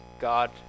God